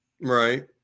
Right